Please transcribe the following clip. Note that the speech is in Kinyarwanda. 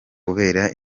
kubera